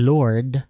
Lord